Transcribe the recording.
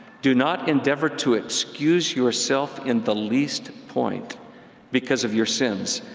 do not endeavor to excuse yourself in the least point because of your sins,